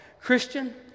Christian